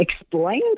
explain